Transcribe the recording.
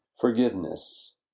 Forgiveness